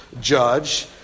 judge